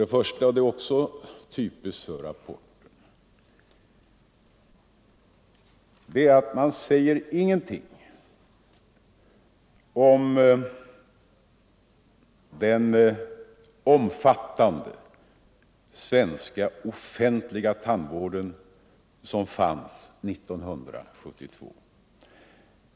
Det första — det är också typiskt för rapporten — är att man ingenting säger om den omfattande offentliga tandvård som fanns 1972.